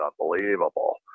unbelievable